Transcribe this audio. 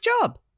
job